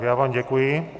Já vám děkuji.